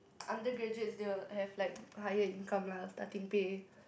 undergraduates they will have like higher income lah starting pay